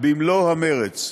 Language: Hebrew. במלוא המרץ.